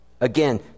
Again